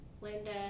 Linda